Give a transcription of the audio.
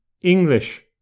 English